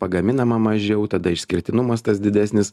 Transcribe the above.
pagaminama mažiau tada išskirtinumas tas didesnis